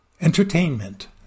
Entertainment